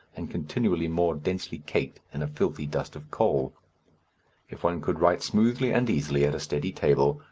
and continually more densely caked in a filthy dust of coal if one could write smoothly and easily at a steady table,